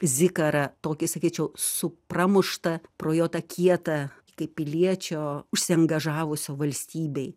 zikarą tokį sakyčiau su pramušta pro jo tą kietą kaip piliečio užsiangažavusio valstybei